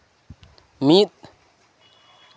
ᱢᱤᱫ